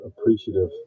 appreciative